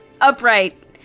Upright